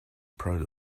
proud